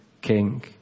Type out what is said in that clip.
king